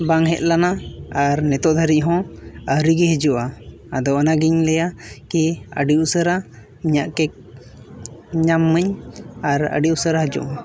ᱵᱟᱝ ᱦᱮᱡ ᱞᱮᱱᱟ ᱟᱨ ᱱᱤᱛᱚᱜ ᱫᱷᱟᱹᱨᱤᱡ ᱦᱚᱸ ᱟᱹᱣᱨᱤᱜᱮ ᱦᱤᱡᱩᱜᱼᱟ ᱟᱫᱚ ᱚᱱᱟᱜᱮᱧ ᱞᱟᱹᱭᱟ ᱠᱤ ᱟᱹᱰᱤ ᱩᱥᱟᱹᱨᱟ ᱤᱧᱟᱹᱜ ᱧᱟᱢ ᱢᱟᱹᱧ ᱟᱨ ᱟᱹᱰᱤ ᱩᱥᱟᱹᱨᱟ ᱦᱤᱡᱩᱜ ᱢᱟ